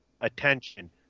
attention